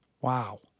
Wow